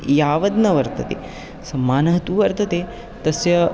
यावद् न वर्तते सम्माननं तु वर्तते तस्य